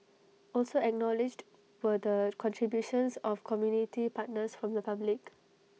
also acknowledged were the contributions of community partners from the public